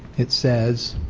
it says,